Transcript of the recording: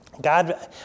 God